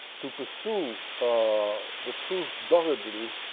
to pursue ah the truth doggedly,